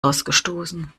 ausgestoßen